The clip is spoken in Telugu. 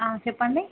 చెప్పండి